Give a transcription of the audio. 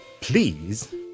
please